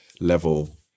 level